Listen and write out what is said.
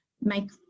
make